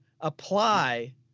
apply